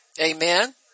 Amen